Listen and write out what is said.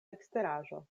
eksteraĵo